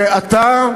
שאתה,